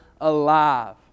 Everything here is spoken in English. alive